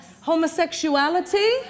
homosexuality